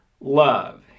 love